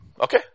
Okay